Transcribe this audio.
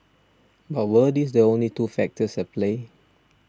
but were these the only two factors at play